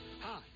Hi